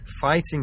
fighting